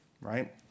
Right